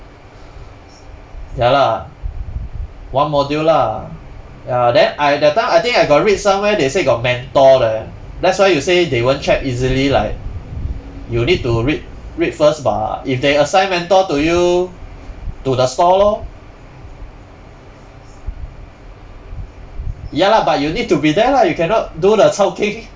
ya lah one module lah ya then I that time I think I got read somewhere they say got mentor leh that's why you say they won't check easily like you need to read read first bah if they assign mentor to you to the store lor ya lah but you need to be there lah you cannot do the chao keng